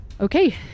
Okay